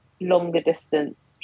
longer-distance